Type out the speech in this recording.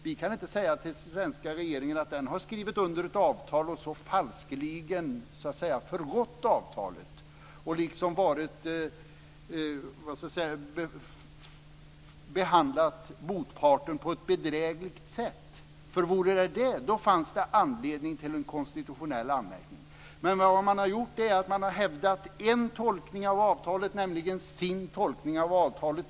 Vi kan inte säga till den svenska regeringen att den har skrivit under ett avtal och sedan falskeligen förrått det och behandlat motparten på ett bedrägligt sätt. Vore det så skulle det finnas anledning till en konstitutionell anmärkning. Men vad man har gjort är att hävda en tolkning av avtalet, nämligen sin egen tolkning av avtalet.